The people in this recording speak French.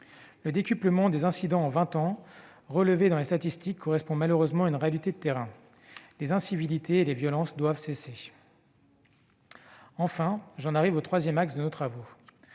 Le décuplement des incidents en vingt ans relevé dans les statistiques correspond malheureusement à une réalité de terrain ; les incivilités et les violences doivent cesser. Enfin- et c'est le troisième axe de nos travaux